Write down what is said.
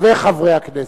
ולחברי הכנסת,